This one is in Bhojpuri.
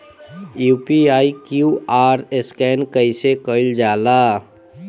यू.पी.आई क्यू.आर स्कैन कइसे कईल जा ला?